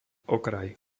okraj